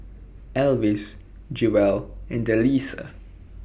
Elvis Jewell and Delisa